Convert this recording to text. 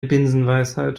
binsenweisheit